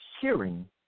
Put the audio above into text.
hearing